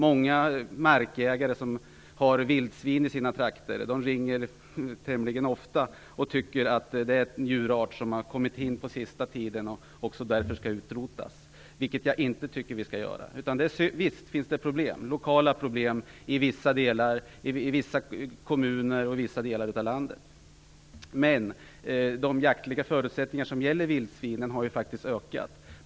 Många markägare som har vildsvin i sina trakter ringer mig tämligen ofta. De tycker att vildsvinet skall utrotas därför att det är en djurart som har kommit till Sverige under den senaste tiden. Det tycker inte jag att vi skall göra. Visst finns det lokala problem i vissa kommuner och i vissa delar av landet. Men de jaktliga förutsättningar som gäller vildsvinen har faktiskt ökat.